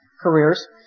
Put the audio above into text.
careers